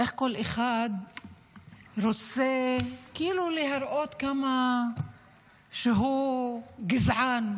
איך כל אחד רוצה כאילו להראות כמה שהוא גזען,